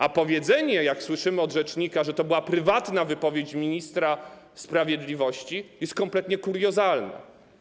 A powiedzenie, jak słyszymy od rzecznika, że to była prywatna wypowiedź ministra sprawiedliwości, jest kompletnie kuriozalne.